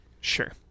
Sure